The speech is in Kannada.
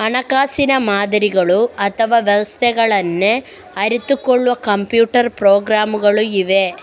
ಹಣಕಾಸಿನ ಮಾದರಿಗಳು ಅಥವಾ ವ್ಯವಸ್ಥೆಗಳನ್ನ ಅರಿತುಕೊಳ್ಳುವ ಕಂಪ್ಯೂಟರ್ ಪ್ರೋಗ್ರಾಮುಗಳು ಇವೆ